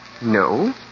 No